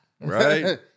right